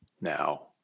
now